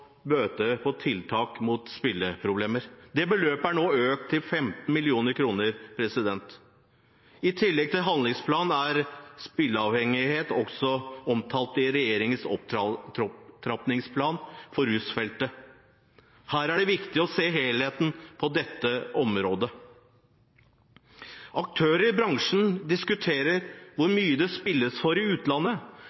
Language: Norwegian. tiltak mot spilleproblemer. Det beløpet er nå økt til 15 mill. kr. I tillegg til handlingsplanen er spilleavhengighet også omtalt i regjeringens opptrappingsplan for rusfeltet. Det er viktig å se helheten på dette området. Aktører i bransjen diskuterer hvor mye det spilles for i utlandet,